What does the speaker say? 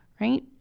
right